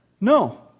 No